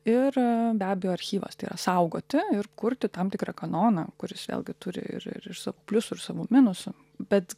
ir be abejo archyvas tai yra saugoti ir kurti tam tikrą kanoną kuris vėlgi turi ir ir savų pliusų ir savų minusų bet